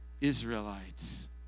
Israelites